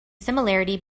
similarity